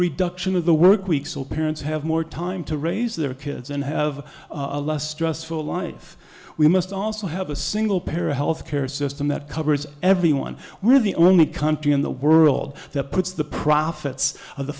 reduction of the workweek so parents have more time to raise their kids and have a less stressful life we must also have a single pair health care system that covers everyone we're the only country in the world that puts the profits of the